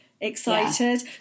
excited